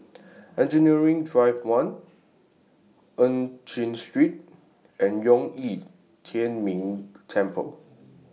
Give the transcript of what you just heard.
Engineering Drive one EU Chin Street and Zhong Yi Tian Ming Temple